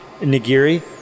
Nigiri